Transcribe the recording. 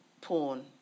porn